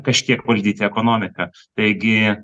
kažkiek valdyti ekonomiką taigi